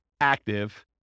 active